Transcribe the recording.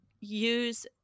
use